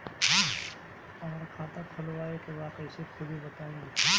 हमरा खाता खोलवावे के बा कइसे खुली बताईं?